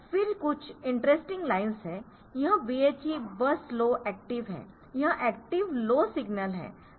फिर कुछ interesting lines है यह BHE बस लो एक्टिव है यह एक्टिव लो सिग्नल है